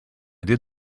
did